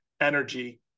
energy